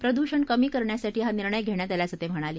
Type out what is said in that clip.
प्रदूषण कमी करण्यासाठी हा निर्णय घेण्यात आल्याचं ते म्हणाले